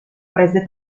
prese